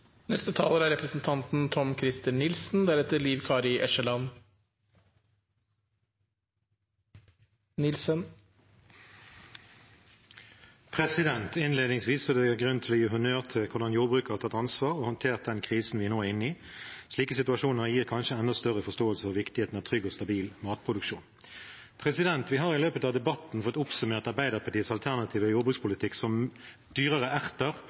Innledningsvis er det grunn til å gi honnør til hvordan jordbruket har tatt ansvar og håndtert den krisen vi nå er inne i. Slike situasjoner gir kanskje enda større forståelse for viktigheten av trygg og stabil matproduksjon. Vi har i løpet av debatten fått oppsummert Arbeiderpartiets alternative jordbrukspolitikk som dyrere erter